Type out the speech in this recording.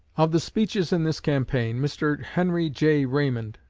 of the speeches in this campaign, mr. henry j. raymond,